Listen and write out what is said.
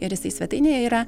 ir jisai svetainėje yra